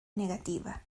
negativa